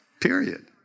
Period